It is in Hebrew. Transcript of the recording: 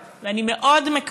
אתה עולה אחרי, ואני אשמח להתבדות.